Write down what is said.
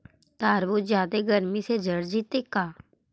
तारबुज जादे गर्मी से जर जितै का?